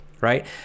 Right